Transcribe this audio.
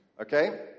Okay